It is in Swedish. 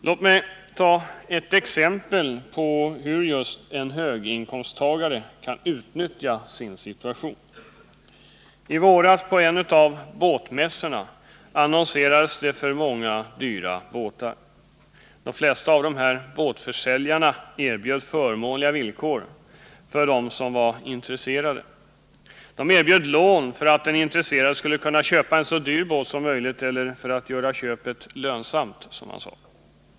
Låt mig ta ett exempel på hur en höginkomsttagare kan utnyttja sin situation. På en av båtmässorna i våras annonserades många dyra båtar. De flesta av båtförsäljarna erbjöd förmånliga villkor för dem som var intresserade. De erbjöd lån för att den intresserade skulle kunna köpa en så dyr båt som möjligt, eller för att göra köpet ”lönsamt”.